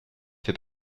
fait